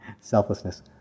selflessness